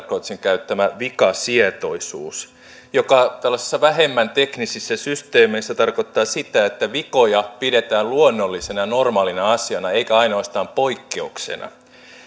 adlercreutzin käyttämä vikasietoisuus joka tällaisissa vähemmän teknisissä systeemeissä tarkoittaa sitä että vikoja pidetään luonnollisena ja normaalina asiana eikä ainoastaan poikkeuksena